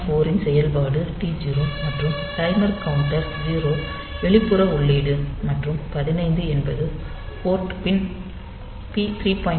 4 இன் செயல்பாடு T0 மற்றும் டைமர் கவுண்டர் 0 வெளிப்புற உள்ளீடு மற்றும் 15 என்பது போர்ட் பின் P 3